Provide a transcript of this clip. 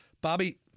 Bobby